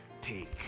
Take